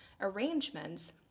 arrangements